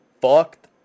fucked